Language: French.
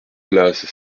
place